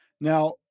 Now